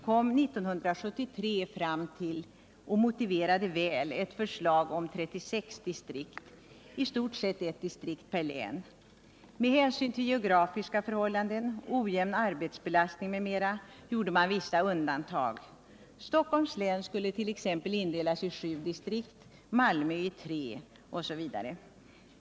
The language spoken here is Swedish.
kom 1973 fram till och motiverade väl ett förslag om 36 distrikt, i stort sett ett distrikt per län. Med hänsyn till geografiska förhållanden, ojämn arbetsbelastning m.m. gjorde man vissa undantag: Stockholms län skulle t.ex. indelas i sju distrikt, Malmö i tre osv.